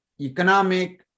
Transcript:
economic